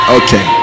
okay